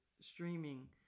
streaming